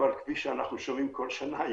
כפי שאנחנו שומעים בכל שנה,